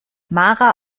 mara